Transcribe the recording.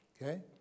Okay